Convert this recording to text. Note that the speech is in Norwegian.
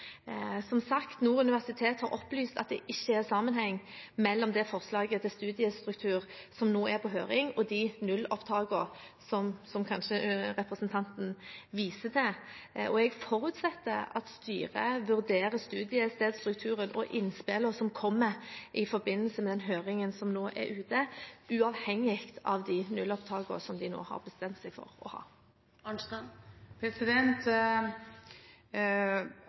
Som sagt har Nord universitet opplyst at det ikke er noen sammenheng mellom det forslaget til studiestruktur som nå er på høring, og de nullopptakene som representanten kanskje viser til. Jeg forutsetter at styret vurderer studiestedsstrukturen og innspillene som kommer i forbindelse med den høringen som nå er ute, uavhengig av de nullopptakene de nå har bestemt seg for å